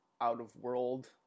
out-of-world